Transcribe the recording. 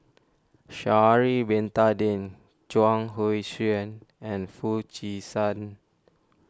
Sha'ari Bin Tadin Chuang Hui Tsuan and Foo Chee San